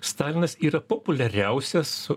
stalinas yra populiariausias